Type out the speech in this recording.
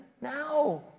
now